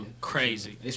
Crazy